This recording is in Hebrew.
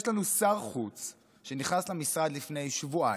יש לנו שר חוץ שנכנס למשרד לפני שבועיים,